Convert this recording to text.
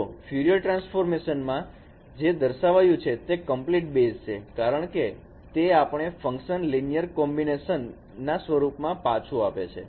તોફયુંરિયર transform માં જે દર્શાવાયો છે તે કમ્પ્લીટ બેઝ છે કારણકે તે આપણને ફંકશન લિનિયર કોમ્બિનેશન ના સ્વરૂપમાં પાછું આપે છે